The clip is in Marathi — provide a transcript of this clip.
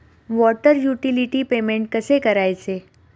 वॉटर युटिलिटी पेमेंट कसे करायचे?